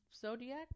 zodiac